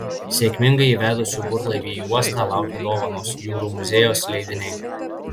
sėkmingai įvedusių burlaivį į uostą laukia dovanos jūrų muziejaus leidiniai